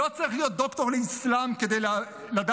לא צריך להיות דוקטור לאסלאם כדי לדעת